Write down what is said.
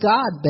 God